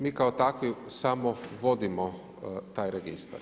Mi kao takvi samo vodimo taj registar.